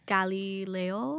Galileo